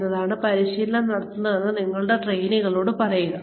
എന്തിനാണ് പരിശീലനം നടത്തുന്നതെന്ന് നിങ്ങളുടെ ട്രെയിനികളോട് പറയുക